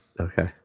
Okay